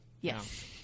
Yes